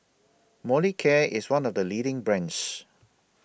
Molicare IS one of The leading brands